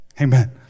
Amen